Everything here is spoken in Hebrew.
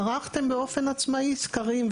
ערכתם באופן עצמאי סקרים.